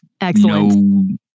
Excellent